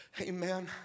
amen